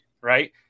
right